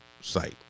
site